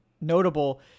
notable